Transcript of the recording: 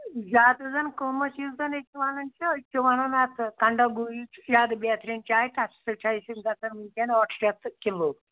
زیادٕ زَن قۭمَتھ یُس زَن ییٚتہِ وَنان چھِ أسۍ چھِ وَنان اَتھ کنٛڈا گوٗری چھُ زیادٕ بہتریٖن چاے تَتھ سۭتۍ چھِ أسۍ یِم گژھان وُنکٮ۪ن ٲٹھ شیٚتھ کِلوٗ